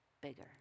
bigger